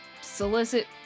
solicit